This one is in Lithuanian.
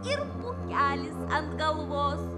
ir pūkelis ant galvos